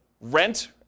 rent